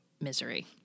misery